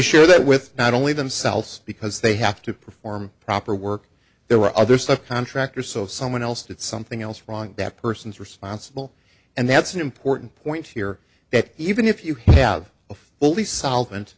share that with not only themselves because they have to perform proper work there were other stuff contractor so someone else did something else wrong that person is responsible and that's an important point here that even if you have a fully solvent